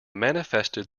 manifested